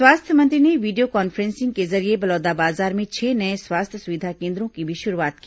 स्वास्थ्य मंत्री ने वीडियो कॉन्फ्रेंसिंग के जरिये बलौदाबाजार में छह नये स्वास्थ्य सुविधा केन्द्रों की भी शुरूआत की